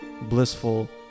blissful